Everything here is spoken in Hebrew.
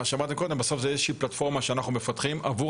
בסוף זו איזושהי פלטפורמה שאנחנו מפתחים עבור